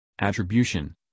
Attribution